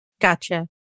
Gotcha